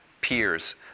peers